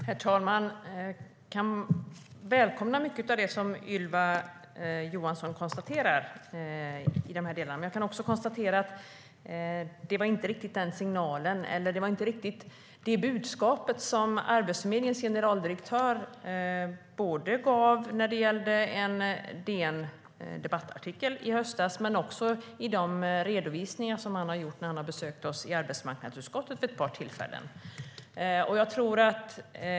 Herr talman! Jag kan välkomna mycket av det som Ylva Johansson beskriver. Detta var dock inte riktigt det budskap som Arbetsförmedlingens generaldirektör gav i en artikel på DN Debatt i höstas och i de redovisningar han har gjort när han besökt oss i arbetsmarknadsutskottet vid ett par tillfällen.